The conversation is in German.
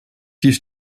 die